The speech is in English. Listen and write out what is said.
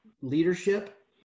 leadership